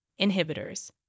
Inhibitors